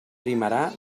primarà